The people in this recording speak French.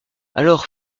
alors